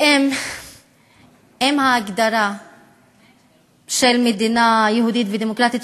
ואם ההגדרה של מדינה יהודית ודמוקרטית,